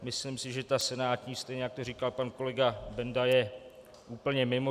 Myslím si, že ta senátní, stejně jak to říkal pan kolega Benda, je úplně mimo.